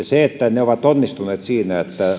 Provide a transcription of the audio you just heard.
ne ovat onnistuneet siinä että monet työntekijöiden hakijat